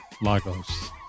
Lagos